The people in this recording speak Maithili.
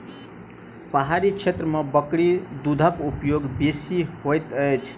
पहाड़ी क्षेत्र में बकरी दूधक उपयोग बेसी होइत अछि